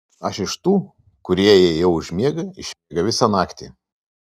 aš iš tų kurie jei jau užmiega išmiega visą naktį